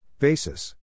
Basis